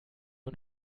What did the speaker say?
und